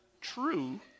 true